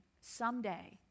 someday